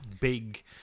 big